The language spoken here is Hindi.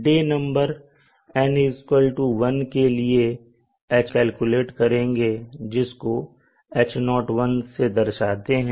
डे नंबर N1 के लिए H0 हम कैलकुलेट करेंगे जिसको H0से दर्शाते हैं